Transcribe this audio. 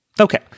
Okay